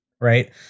Right